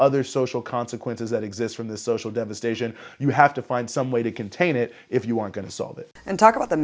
other social consequences that exist from the social devastation you have to find some way to contain it if you are going to solve it and talk about the